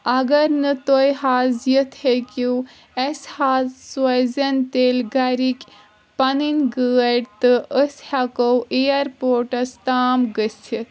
اَگر نہٕ تُہۍ حظ یِتھ ہٮ۪کِو اسۍ حظ سوزٮ۪ن تیٚلہِ گَرِکۍ پَنٕنۍ گٲڑۍ تہٕ أسۍ ہٮ۪ٚکوو اییَرپوٹَس تام گٕژِتھ